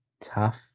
tough